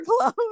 close